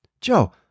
Joe